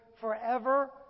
forever